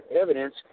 evidence